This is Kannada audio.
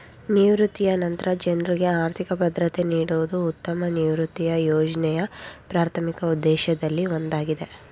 ನಿವೃತ್ತಿಯ ನಂತ್ರ ಜನ್ರುಗೆ ಆರ್ಥಿಕ ಭದ್ರತೆ ನೀಡುವುದು ಉತ್ತಮ ನಿವೃತ್ತಿಯ ಯೋಜ್ನೆಯ ಪ್ರಾಥಮಿಕ ಉದ್ದೇಶದಲ್ಲಿ ಒಂದಾಗಿದೆ